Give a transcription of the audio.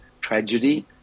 tragedy